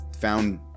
found